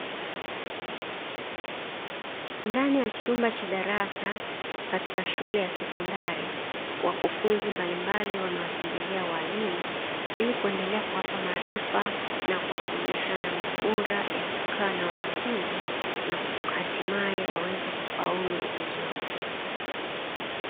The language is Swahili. Ndani ya chumba cha darasa katika shule ya sekondari, wakufunzi mbalimbali wamewatembelea walimu ili kuendelea kuwapa maarifa na kuwafundisha namna bora ya kukaa na wanafunzi, na hatimaye waweze kufaulu vizuri.